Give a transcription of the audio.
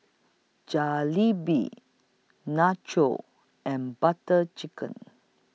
Jalebi Nachos and Butter Chicken